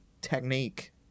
technique